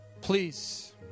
please